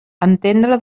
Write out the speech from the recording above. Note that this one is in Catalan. entendre